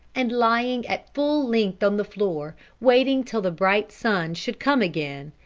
and lying at full length on the floor, waiting till the bright sun should come again,